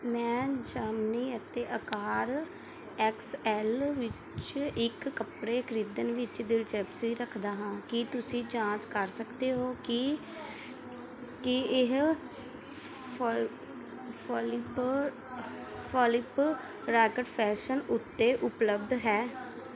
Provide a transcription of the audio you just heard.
ਮੈਂ ਜੈਮਨੀ ਉੱਤੇ ਅਕਾਰ ਐਕਸ ਐਲ ਵਿੱਚ ਇੱਕ ਕੱਪੜੇ ਖਰੀਦਣ ਵਿੱਚ ਦਿਲਚਸਪੀ ਰੱਖਦਾ ਹਾਂ ਕੀ ਤੁਸੀਂ ਜਾਂਚ ਕਰ ਸਕਦੇ ਹੋ ਕਿ ਕੀ ਇਹ ਫਲਿੱਪਕਾਰਟ ਫੈਸ਼ਨ ਉੱਤੇ ਉਪਲਬਧ ਹੈ